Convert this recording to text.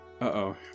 Uh-oh